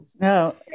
No